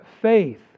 faith